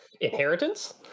inheritance